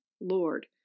Lord